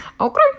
Okay